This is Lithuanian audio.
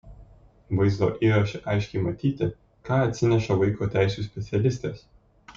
vaizdo įraše aiškiai matyti ką atsineša vaiko teisių specialistės